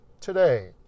Today